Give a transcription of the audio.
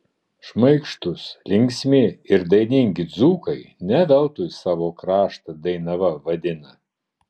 šmaikštūs linksmi ir dainingi dzūkai ne veltui savo kraštą dainava vadina